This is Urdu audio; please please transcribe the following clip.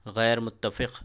غیر متفق